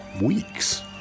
weeks